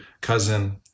cousin